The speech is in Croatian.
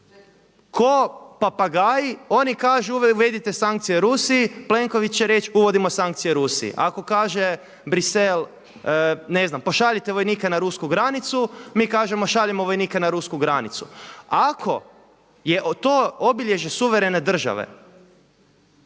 ko papagaji, oni kažu uvedite sankcije Rusiji, Plenković će reći, uvodimo sankcije Rusiji. Ako kaže Brisel, ne znam, pošaljite vojnike na rusku granicu, mi kažemo, šaljemo vojnike na rusku granicu. Ako je to obilježje suverene države